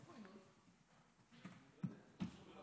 חברי השר, חבריי